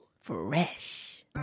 Fresh